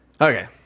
Okay